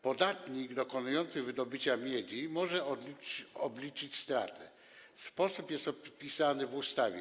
Podatnik dokonujący wydobycia miedzi może obliczyć stratę, a sposób jest opisany w ustawie.